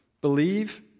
believe